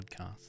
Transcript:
Podcast